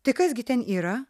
tai kas gi ten yra